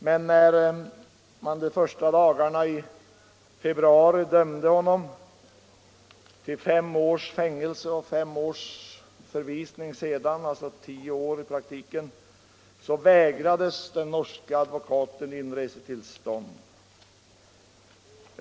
Men den norske advokaten vägrades inresetillstånd, och Vins dömdes de första dagarna i februari till fem års fängelse och därefter fem års förvisning.